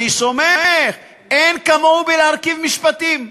אני סומך, אין כמוהו בלהרכיב משפטים.